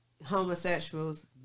Homosexuals